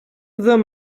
them